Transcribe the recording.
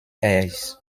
heirs